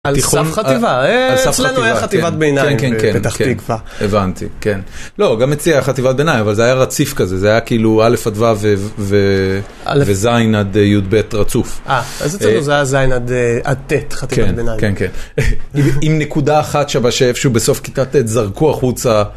על סף חטיבה, אצלנו היה חטיבת ביניים בפתח תקווה. הבנתי, כן. לא, גם אצלי היה חטיבת ביניים, אבל זה היה רציף כזה, זה היה כאילו א' אדווה וז' עד י' ב' רצוף. אז אצלנו זה היה ז' עד ט', חטיבת ביניים. כן, כן. עם נקודה אחת שבה שאיפשהו בסוף כיתה ט' זרקו החוצה.